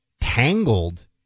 Tangled